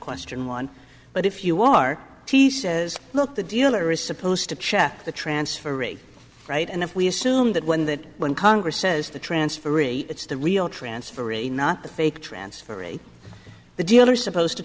question one but if you are t says look the dealer is supposed to check the transfer rate right and if we assume that when that when congress says the transferee it's the real transfer a not the fake transfer rate the dealer supposed to